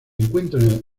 encuentra